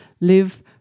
live